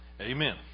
Amen